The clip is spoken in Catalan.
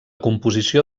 composició